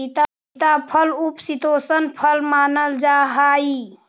सीताफल उपशीतोष्ण फल मानल जा हाई